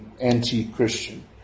anti-Christian